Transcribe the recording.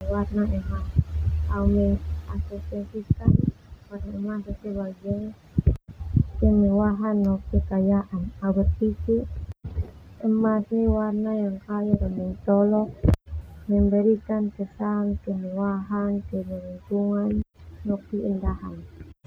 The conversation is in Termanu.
Warna emas ah au mengasosiasikan sebagai kemewahan no kekayaan. Au berpikir emas nia warna yang mencolok, memberikan kesan kemewahan kepada lingkungan no keindahan.